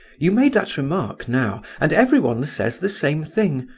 you made that remark now, and everyone says the same thing,